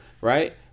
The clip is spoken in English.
right